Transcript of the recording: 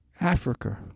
Africa